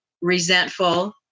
resentful